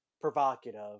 provocative